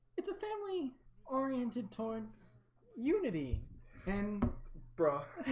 it's a family oriented towards unity and braque